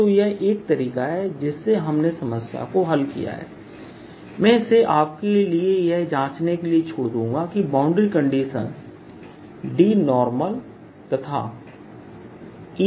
तो यह एक तरीका है जिससे हमने समस्या को हल किया है मैं इसे आपके लिए यह जांचने के लिए छोड़ दूंगा कि बाउंड्री कंडीशन DतथाE